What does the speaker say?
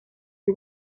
you